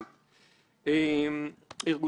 מן ההתחלה הראשונית של העבודה.